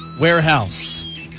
Warehouse